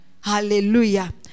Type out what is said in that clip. Hallelujah